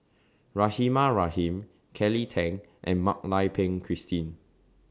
Rahimah Rahim Kelly Tang and Mak Lai Peng Christine